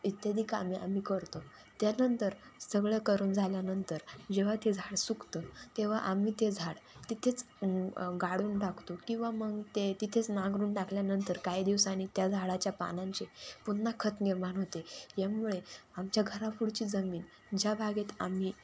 इत्यादी कामे आम्ही करतो त्यानंतर सगळं करून झाल्यानंतर जेव्हा ते झाड सुकतं तेव्हा आम्ही ते झाड तिथेच गाडून टाकतो किंवा मग ते तिथेच नांगरून टाकल्यानंतर काही दिवसांनी त्या झाडाच्या पानांचे पुन्हा खत निर्माण होते यामुळे आमच्या घरापुढची जमीन ज्या बागेत आम्ही